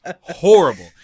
horrible